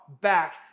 back